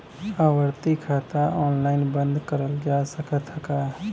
आवर्ती खाता ऑनलाइन बन्द करल जा सकत ह का?